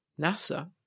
NASA